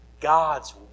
God's